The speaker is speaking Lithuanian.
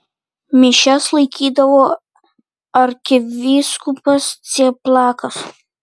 mišias laikydavo arkivyskupas cieplakas